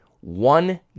one